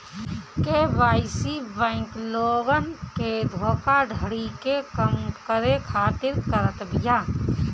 KYC bank लोगन के धोखाधड़ी के कम करे खातिर करत बिया